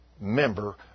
member